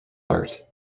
art